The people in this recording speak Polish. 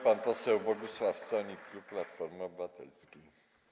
Pan poseł Bogusław Sonik, klub Platforma Obywatelska.